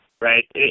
right